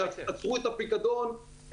כשעצרו את הפיקדון,